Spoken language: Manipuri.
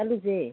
ꯆꯠꯂꯨꯁꯦ